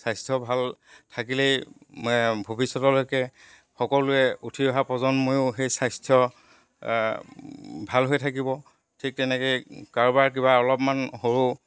স্বাস্থ্য ভাল থাকিলেই ভৱিষ্যতলৈকে সকলোৱে উঠি অহা প্ৰজন্মইও সেই স্বাস্থ্য ভাল হৈ থাকিব ঠিক তেনেকৈ কাৰোবাৰ কিবা অলপমান সৰু